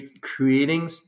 creating